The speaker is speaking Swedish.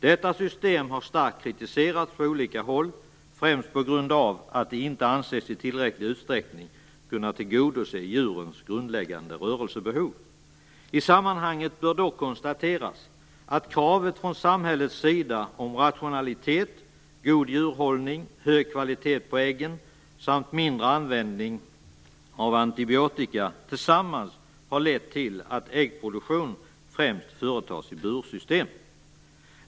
Detta system har starkt kritiserats på olika håll, främst på grund av att det inte anses i tillräcklig utsträckning kunna tillgodose djurens grundläggande rörelsebehov. I sammanhanget bör dock konstateras att kravet från samhällets sida om rationalitet, god djurhållning, hög kvalitet på äggen samt mindre användning av antibiotika tillsammans har lett till att äggproduktion främst företas i bursystem.